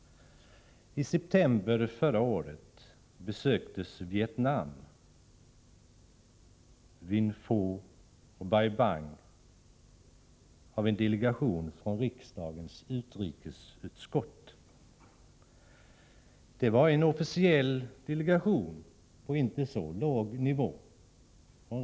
I september förra året besöktes Vietnam, Vinh Phu och Bai Bang, av en delegation från riksdagens utrikesutskott. Det var en officiell delegation på inte så låg nivå.